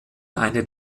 eine